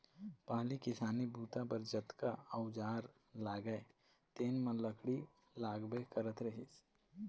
पहिली किसानी बूता बर जतका अउजार लागय तेन म लकड़ी लागबे करत रहिस हे